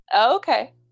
Okay